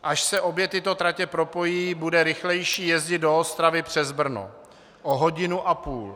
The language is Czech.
Až se obě tyto tratě propojí, bude rychlejší jezdit do Ostravy přes Brno o hodinu a půl.